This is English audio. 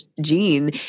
gene